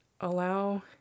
allow